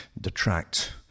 detract